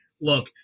Look